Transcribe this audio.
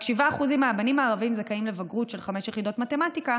רק 7% מהבנים הערבים זכאים לבגרות של חמש יחידות מתמטיקה,